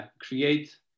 create